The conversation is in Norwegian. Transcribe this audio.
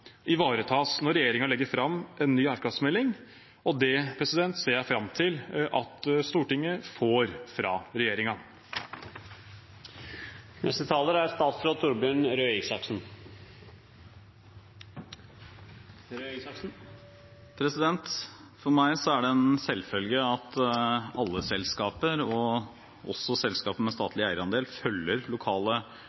ivaretas når regjeringen legger fram en ny eierskapsmelding. Det ser jeg fram til at Stortinget får fra regjeringen. For meg er det en selvfølge at alle selskaper, også selskaper med